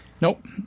Nope